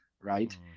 right